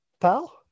pal